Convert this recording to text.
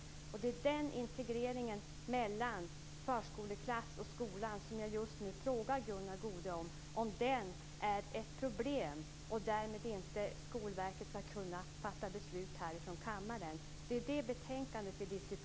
Jag frågar Gunnar Goude om integreringen mellan förskoleklass och skola är ett problem och om därmed ett beslut rörande Skolverket inte skall kunna fattas från kammaren. Vi diskuterar det betänkandet.